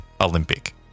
Olympic